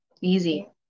easy